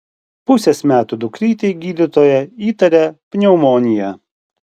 pusės metų dukrytei gydytoja įtaria pneumoniją